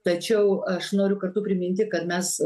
tačiau aš noriu kartu priminti kad mes